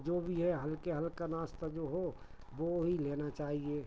जो भी है हल्के हल्का नाश्ता जो हो वह ही लेना चाहिए